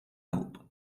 help